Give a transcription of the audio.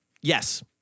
Yes